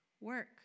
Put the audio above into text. work